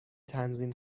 تنظیم